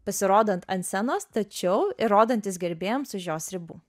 pasirodant ant scenos tačiau ir rodantis gerbėjams už jos ribų